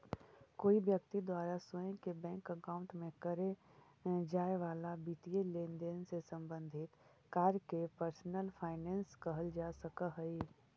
कोई व्यक्ति द्वारा स्वयं के बैंक अकाउंट में करे जाए वाला वित्तीय लेनदेन से संबंधित कार्य के पर्सनल फाइनेंस कहल जा सकऽ हइ